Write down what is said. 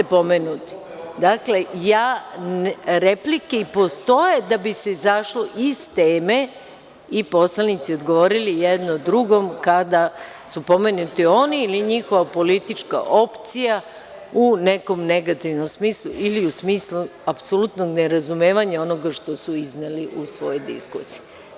Dakle, replike i postoje da bi se izašlo iz teme i poslanici odgovaraju jednom drugom kada su pomenuti oni ili njihova politička opcija u nekom negativnom smislu, ili u smislu apsolutnog nerazumevanja onoga što su izneli u svojoj diskusiji.